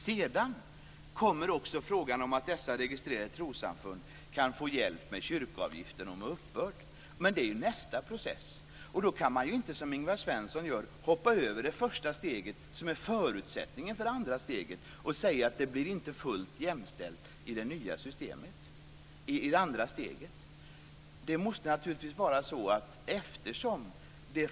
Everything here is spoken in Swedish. Sedan kommer frågan om att dessa registrerade trossamfund kan få hjälp med kyrkoavgiften och uppbörden. Men det är nästa process. Då går det inte att, som Ingvar Svensson gör, hoppa över det första steget, som är förutsättningen för det andra steget, och säga att det nya systemet i det andra steget inte blir fullt jämställt.